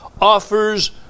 offers